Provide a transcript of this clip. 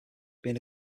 being